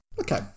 Okay